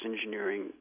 engineering